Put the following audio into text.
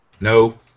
No